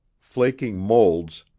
flaking molds,